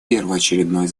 первоочередной